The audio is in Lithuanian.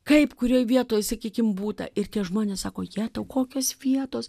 kaip kurioje vietoj sakykime būta ir tie žmonės sako jetau kokios vietos